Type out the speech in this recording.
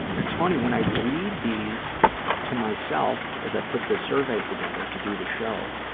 it's funny, when i read these to myself, as i put the surveys together to do the show,